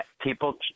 people